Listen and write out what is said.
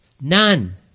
None